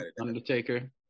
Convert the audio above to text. Undertaker